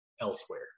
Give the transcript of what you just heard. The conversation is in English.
elsewhere